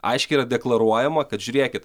aiškiai yra deklaruojama kad žiūrėkit